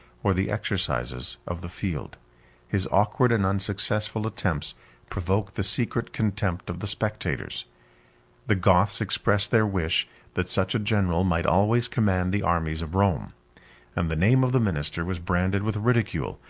or the exercises of the field his awkward and unsuccessful attempts provoked the secret contempt of the spectators the goths expressed their wish that such a general might always command the armies of rome and the name of the minister was branded with ridicule,